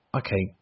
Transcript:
okay